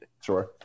Sure